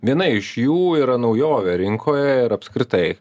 viena iš jų yra naujovė rinkoje ir apskritai